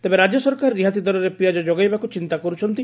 ତେବେ ରାଜ୍ୟ ସରକାର ରିହାତି ଦରରେ ପିଆଜ ଯୋଗାଇବାକୁ ଚିନ୍ତା କରୁଛନ୍ତି